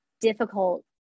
difficult